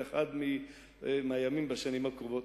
יהיה באחד הימים בשנים הקרובות.